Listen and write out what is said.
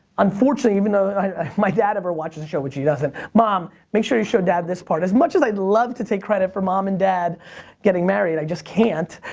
unfortunately even though, if my dad ever watches the show, which he doesn't, mom, make sure you show dad this part. as much as i'd love to take credit for mom and dad getting married, i just can't.